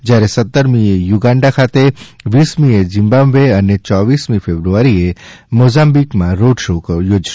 જ્યારે સતરમીએ યુગાન્ડા ખાતે વીસમીએ ઝીમ્બાબ્વે અને યોવીસમી ફેબ્રઆરીએ મોઝામ્બિકમાં રોડ શો યોજાશે